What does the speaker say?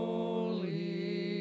Holy